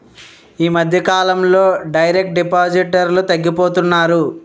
ఈ మధ్యకాలంలో డైరెక్ట్ డిపాజిటర్లు తగ్గిపోతున్నారు